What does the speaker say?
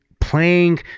playing